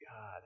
God